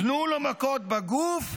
'תנו לו מכות בגוף,